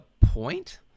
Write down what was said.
point